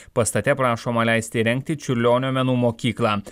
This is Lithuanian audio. pastate prašoma leisti įrengti čiurlionio menų mokyklą